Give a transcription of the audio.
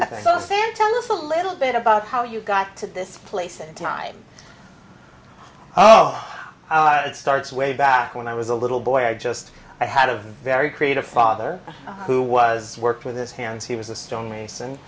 sam tell us a little bit about how you got to this place in time oh it starts way back when i was a little boy i just i had a very creative father who was worked with his hands he was a stone mason